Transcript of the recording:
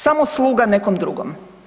Samo sluga nekom drugom.